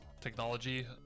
technology